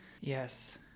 Yes